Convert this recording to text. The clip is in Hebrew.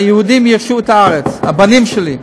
שהיהודים יירשו את הארץ, הבנים שלי?